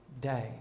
day